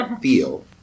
feel